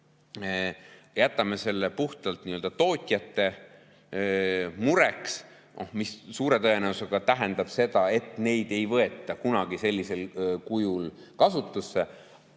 me jätame selle puhtalt nii‑öelda tootjate mureks. See suure tõenäosusega tähendab seda, et neid [merealasid] ei võeta kunagi sellisel kujul kasutusse.